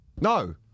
No